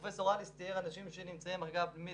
פרופ' אליס תיאר אנשים שנמצאים במחלקה פנימית